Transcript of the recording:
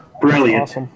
Brilliant